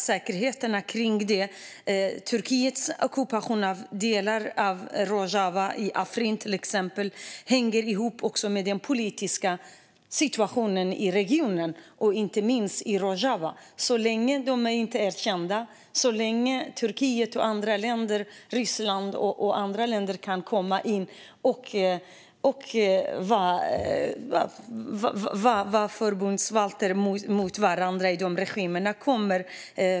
Säkerheten kring fängelserna och Turkiets ockupation av delar av Rojava, Afrin till exempel, hänger ihop också med den politiska situationen i regionen. Så länge de inte är erkända kan Turkiet, Ryssland och andra länder komma in och vara varandras bundsförvanter.